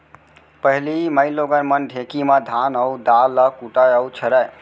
पहिली माइलोगन मन ढेंकी म धान अउ दार ल कूटय अउ छरयँ